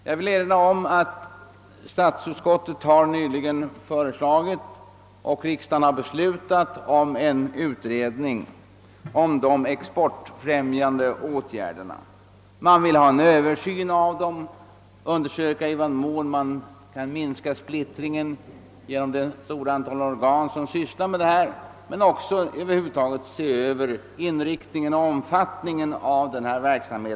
Jag vill erinra om att statsutskottet nyligen föreslagit och riksdagen beslutat om en utredning beträffande exportfrämjande åtgärder. Man önskade en översyn och undersökning av möjligheterna att minska den splittring som uppstått därför att så många organ ägnar sig åt dessa frågor, och man ville över huvud taget att inriktningen och omfattningen av verksamheten skulle ses över.